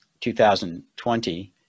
2020